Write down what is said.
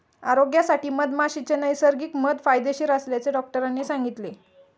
आरोग्यासाठी मधमाशीचे नैसर्गिक मध फायदेशीर असल्याचे डॉक्टरांनी सांगितले